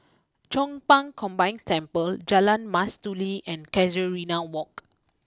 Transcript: Chong Pang Combined Temple Jalan Mastuli and Casuarina walk